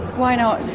why not?